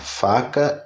faca